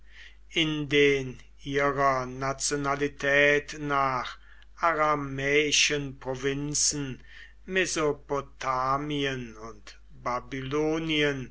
in den ihrer nationalität nach aramäischen provinzen mesopotamien und babylonien